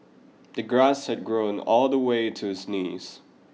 the grass had grown all the way to his knees